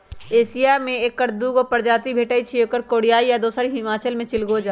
Asia में ऐकर दू गो प्रजाति भेटछइ एगो कोरियाई आ दोसर हिमालय में चिलगोजा